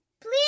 please